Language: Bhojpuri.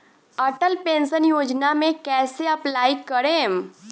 अटल पेंशन योजना मे कैसे अप्लाई करेम?